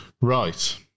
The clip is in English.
Right